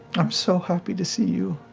um so happy to see you.